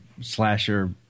slasher